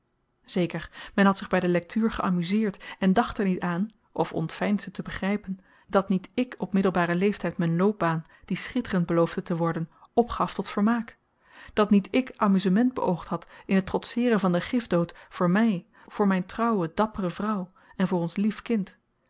zeker men had zich by de lektuur geamuzeerd en dacht er niet aan of ontveinsde te begrypen dat niet ik op middelbaren leeftyd m'n loopbaan die schitterend beloofde te worden opgaf tot vermaak dat niet ik amuzement beoogd had in t trotseeren van den gifdood voor my voor myn trouwe dappere vrouw en voor ons lief kind